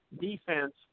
defense